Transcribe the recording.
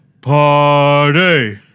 party